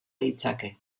ditzake